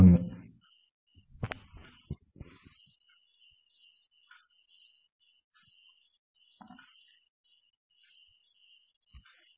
നന്ദി